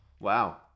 Wow